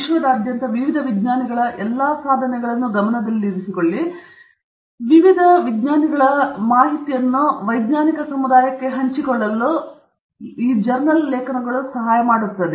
ವಿಶ್ವದಾದ್ಯಂತದ ವಿವಿಧ ವಿಜ್ಞಾನಿಗಳ ಎಲ್ಲಾ ಸಾಧನೆಗಳನ್ನೂ ಗಮನದಲ್ಲಿರಿಸಿಕೊಳ್ಳಿ ಮತ್ತು ವಿವಿಧ ವಿಜ್ಞಾನಿಗಳ ನಡುವಿನ ಈ ಮಾಹಿತಿಯನ್ನು ವೈಜ್ಞಾನಿಕ ಸಮುದಾಯಕ್ಕೆ ಹಂಚಿಕೊಳ್ಳಲು ಸಹಾಯ ಮಾಡುತ್ತದೆ ಮತ್ತು ಆದ್ದರಿಂದ ಇದು ಬಹಳ ಮುಖ್ಯವಾಗಿದೆ ಮತ್ತು ಅದು ಸಹ ಬಳಸಲ್ಪಡುತ್ತದೆ